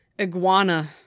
iguana